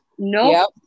No